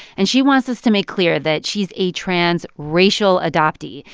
and she wants us to make clear that she's a transracial adoptee.